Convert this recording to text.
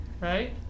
right